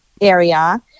area